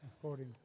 according